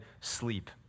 sleep